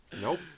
Nope